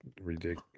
ridiculous